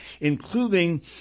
including